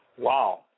Wow